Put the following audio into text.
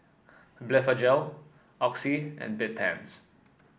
Blephagel Oxy and Bedpans